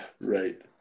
right